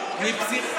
כמה,